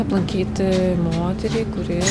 aplankyti moterį kuri